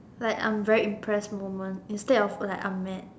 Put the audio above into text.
like I'm very impressed moment instead of like I'm mad